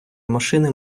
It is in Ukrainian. машини